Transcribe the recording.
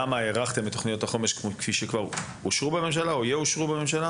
למה הארכתם את תוכניות החומש שאושרו או יאושרו בממשלה.